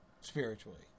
spiritually